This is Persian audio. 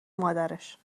مادرش